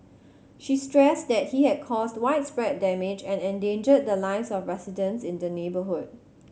she stressed that he had caused widespread damage and endangered the lives of residents in the neighbourhood